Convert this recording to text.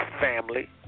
family